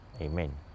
Amen